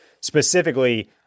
Specifically